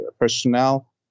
personnel